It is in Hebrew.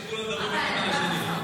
שכולם מדברים אחד על השני.